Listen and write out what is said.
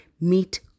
meet